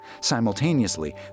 Simultaneously